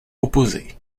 opposée